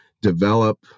develop